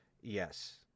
Yes